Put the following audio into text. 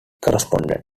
correspondent